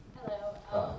Hello